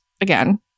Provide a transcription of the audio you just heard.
again